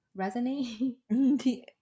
resonate